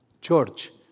church